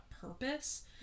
purpose